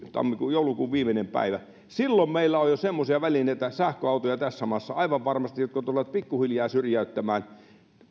joulukuun viimeinen päivä meillä on jo semmoisia välineitä sähköautoja tässä maassa jotka tulevat pikkuhiljaa syrjäyttämään